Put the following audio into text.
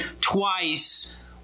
twice